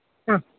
ആ